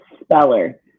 speller